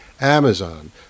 Amazon